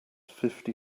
fifty